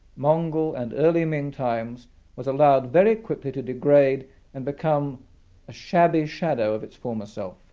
mongol and early ming times was allowed very quickly to degrade and become a shabby shadow of its former self.